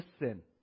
listen